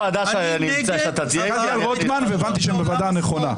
איתי את רוטמן והבנתי שאני בוועדה הנכונה.